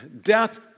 Death